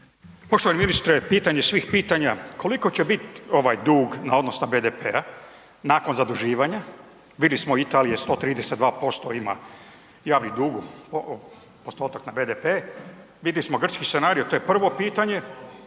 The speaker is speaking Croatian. Poštovani ministre, pitanje svih pitanja, koliko će biti dug na odnos na BDP-a nakon zaduživanja, vidjeli smo Italija, 132% ima javni dug, postotak na BDP, vidjeli smo grčki scenario, to je prvo pitanje.